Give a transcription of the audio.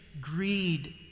greed